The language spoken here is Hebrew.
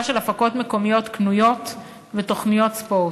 של הפקות מקומיות קנויות ותוכניות ספורט.